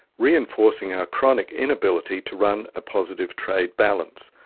reinforcing our chronic inability to run a positive trade balance.